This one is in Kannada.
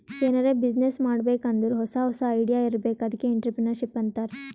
ಎನಾರೇ ಬಿಸಿನ್ನೆಸ್ ಮಾಡ್ಬೇಕ್ ಅಂದುರ್ ಹೊಸಾ ಹೊಸಾ ಐಡಿಯಾ ಇರ್ಬೇಕ್ ಅದ್ಕೆ ಎಂಟ್ರರ್ಪ್ರಿನರ್ಶಿಪ್ ಅಂತಾರ್